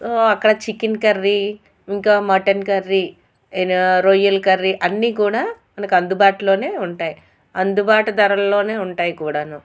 అక్కడ chicken curry ఇంకా mutton curry రొయ్యలు కర్రీ అన్ని కూడా మనకు అందుబాటులోనే ఉంటాయి అందుబాటు ధరల్లోనే ఉంటాయి కూడా